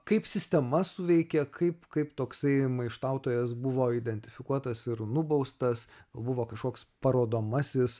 kaip sistema suveikė kaip kaip toksai maištautojas buvo identifikuotas ir nubaustas gal buvo kažkoks parodomasis